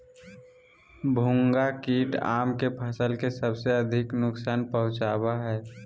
भुनगा कीट आम के फसल के सबसे अधिक नुकसान पहुंचावा हइ